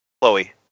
Chloe